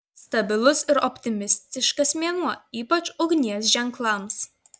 stabilus ir optimistiškas mėnuo ypač ugnies ženklams